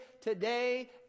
today